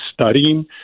studying